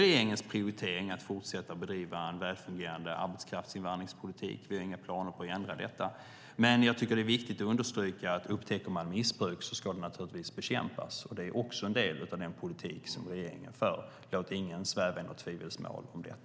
Regeringens prioritering är att fortsätta att bedriva en väl fungerande arbetskraftsinvandringspolitik. Vi har inga planer på att ändra på den. Det är viktigt att understryka att om man upptäcker missbruk ska det naturligtvis bekämpas. Det är också en del av den politik som regeringen för. Ingen ska sväva i tvivelsmål om det.